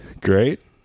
Great